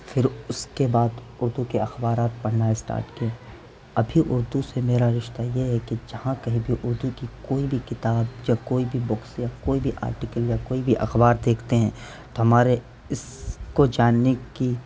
پھر اس کے بعد اردو کے اخبارات پڑھنا اسٹاٹ کیے ابھی اردو سے میرا رشتہ یہ ہے کہ جہاں کہیں بھی اردو کی کوئی بھی کتاب یا کوئی بھی بکس یا کوئی بھی آرٹیکل یا کوئی بھی اخبار دیکھتے ہیں تو ہمارے اس کو جاننے کی